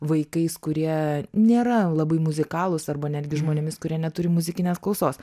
vaikais kurie nėra labai muzikalūs arba netgi žmonėmis kurie neturi muzikinės klausos